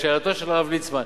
לשאלתו של הרב ליצמן,